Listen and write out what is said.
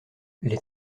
les